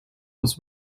was